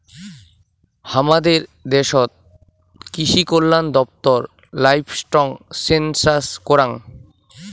হামাদের দ্যাশোত কৃষিকল্যান দপ্তর লাইভস্টক সেনসাস করাং